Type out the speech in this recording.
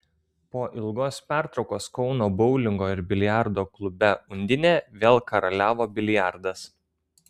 po ilgos pertraukos kauno boulingo ir biliardo klube undinė vėl karaliavo biliardas